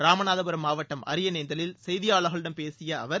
ராமநாதபுரம் மாவட்டம் அரியநேந்தலில் செய்தியாளர்களிடம் பேசிய அவர்